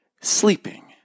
sleeping